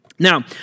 Now